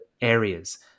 areas